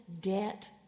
debt